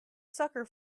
sucker